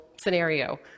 scenario